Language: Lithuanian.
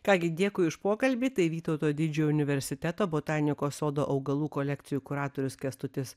ką gi dėkui už pokalbį tai vytauto didžiojo universiteto botanikos sodo augalų kolekcijų kuratorius kęstutis